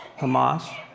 Hamas